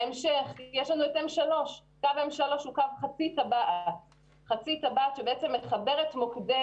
בהמשך יש לנו את M3 שהוא קו חצי טבעת שבעצם מחבר את מוקדי